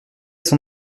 son